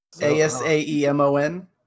A-S-A-E-M-O-N